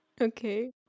okay